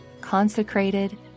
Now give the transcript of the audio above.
consecrated